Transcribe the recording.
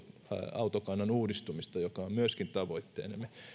autokannan uudistumista joka on myöskin tavoitteenamme